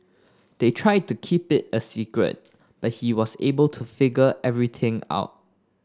they tried to keep it a secret but he was able to figure everything out